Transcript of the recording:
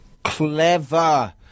Clever